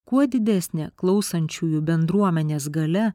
kuo didesnė klausančiųjų bendruomenės galia